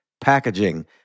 packaging